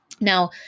Now